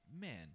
man